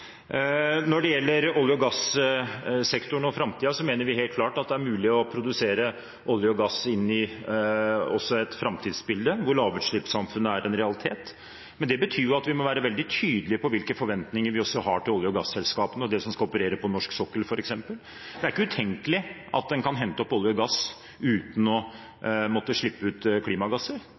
Når det gjelder olje- og gassektoren og framtiden, mener vi helt klart at det er mulig å produsere olje og gass også i et framtidsbilde hvor lavutslippssamfunnet er en realitet. Men det betyr at vi må være veldig tydelige på hvilke forventninger vi har til olje- og gasselskapene og til dem som skal operere på norsk sokkel. Det er ikke utenkelig i et framtidsbilde at en kan hente opp olje og gass uten å måtte slippe ut klimagasser.